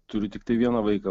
turiu tiktai vieną vaiką